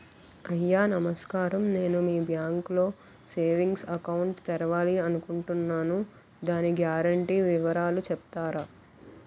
అయ్యా నమస్కారం నేను మీ బ్యాంక్ లో సేవింగ్స్ అకౌంట్ తెరవాలి అనుకుంటున్నాను దాని గ్యారంటీ వివరాలు చెప్తారా?